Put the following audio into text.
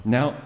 Now